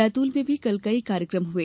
बैतुल में भी कल कई कार्यक्रम हए